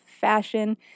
fashion